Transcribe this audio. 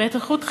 ואת איכות חייו.